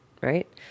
right